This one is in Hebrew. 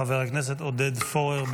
חבר הכנסת עודד פורר.